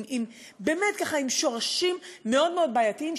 באמת עם שורשים מאוד מאוד בעייתיים,